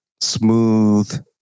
Smooth